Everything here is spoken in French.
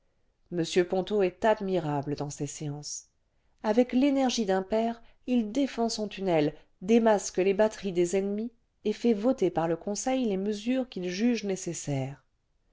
m ponto est admirable dans ces séances avec l'énergie d'un père il défend son tunnel démasque les batteries des ennemis et fait voter par le conseilles mesures qu'il juge nécessaires